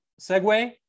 segue